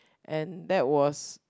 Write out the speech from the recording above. and that was